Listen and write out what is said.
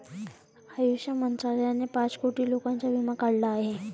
आयुष मंत्रालयाने पाच कोटी लोकांचा विमा काढला आहे